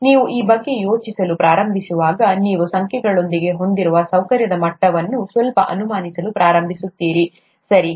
ನೀವು ಈ ಬಗ್ಗೆ ಯೋಚಿಸಲು ಪ್ರಾರಂಭಿಸಿದಾಗ ನೀವು ಸಂಖ್ಯೆಗಳೊಂದಿಗೆ ಹೊಂದಿರುವ ಸೌಕರ್ಯದ ಮಟ್ಟವನ್ನು ಸ್ವಲ್ಪ ಅನುಮಾನಿಸಲು ಪ್ರಾರಂಭಿಸುತ್ತೀರಿ ಸರಿ